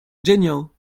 genial